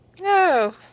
No